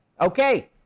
Okay